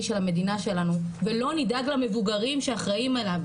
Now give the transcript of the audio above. של המדינה שלנו ולא נדאג למבוגרים שאחראים עליו,